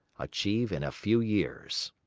achieve in a few years.